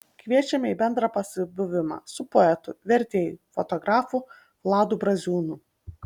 kviečiame į bendrą pasibuvimą su poetu vertėju fotografu vladu braziūnu